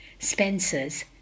spencer's